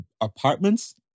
apartments